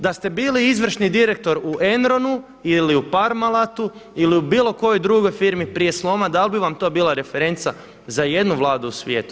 Da ste bili izvršni direktor u Enronu ili u Parmalatu ili u bilo kojoj drugoj firmi prije sloma da li bi vam to bila referenca za ijednu Vladu u svijetu?